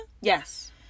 Yes